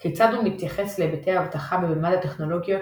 כיצד הוא מתייחס להיבטי האבטחה במימד הטכנולוגיות,